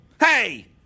Hey